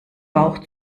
bauch